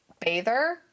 bather